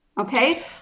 Okay